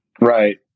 Right